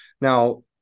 Now